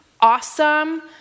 awesome